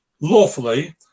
lawfully